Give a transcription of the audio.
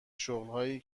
شغلهایی